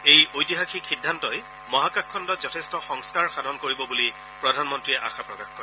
এই ঐতিহাসিক সিদ্ধান্তই মহাকাশখণ্ডত যথেষ্ট সংস্কাৰ সাধন কৰিব বুলি প্ৰধানমন্ত্ৰীয়ে আশা প্ৰকাশ কৰে